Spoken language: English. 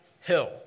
hill